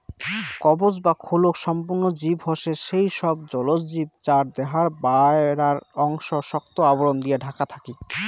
কবচ বা খোলক সম্পন্ন জীব হসে সেই সব জলজ জীব যার দেহার বায়রার অংশ শক্ত আবরণ দিয়া ঢাকা থাকি